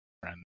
friend